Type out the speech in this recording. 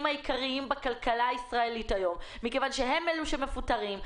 העיקריים בכלכלה הישראלית היום מכיוון שהם אלו שמפוטרים,